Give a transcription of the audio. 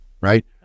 right